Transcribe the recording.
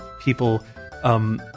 people